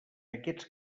aquests